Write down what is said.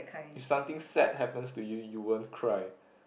if something sad happens to you you won't cry